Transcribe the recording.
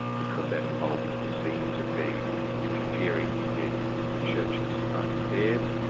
because that involvement was seen to be interfering in the church's own affairs,